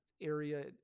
area